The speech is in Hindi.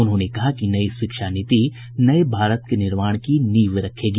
उन्होंने कहा कि नई शिक्षा नीति नये भारत के निर्माण की नींव रखेगी